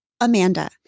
Amanda